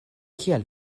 kiel